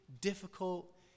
difficult